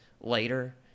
later